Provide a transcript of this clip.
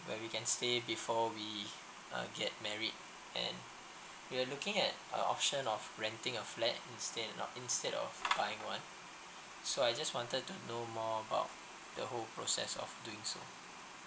where we can stay before we uh get married and we were looking at uh option of renting a flat instead of instead of buying one so I just wanted to know about the whole process of doing so